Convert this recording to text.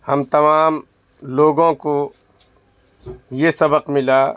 ہم تمام لوگوں کو یہ سبق ملا